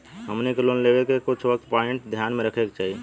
हमनी के लोन लेवे के वक्त कुछ प्वाइंट ध्यान में रखे के चाही